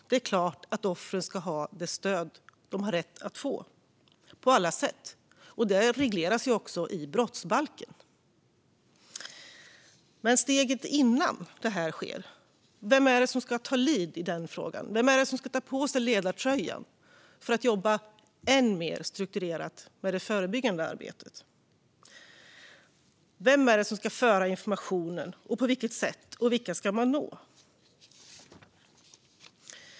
Det är klart att offren ska ha det stöd de har rätt att få - på alla sätt. Det regleras också i brottsbalken. Men steget innan det sker, vem är det som ska ta lead i den frågan? Vem är det som ska ta på sig ledartröjan för att jobba än mer strukturerat med det förebyggande arbetet? Vem är det som ska föra ut informationen, på vilket sätt och vilka ska man nå?